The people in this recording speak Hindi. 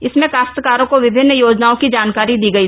इसमें काश्तकारों को विभिन्न योजनाओं की जानकारी दी गई